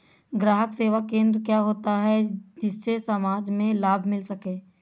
ग्राहक सेवा केंद्र क्या होता है जिससे समाज में लाभ मिल सके?